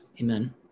Amen